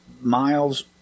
Miles